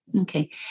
Okay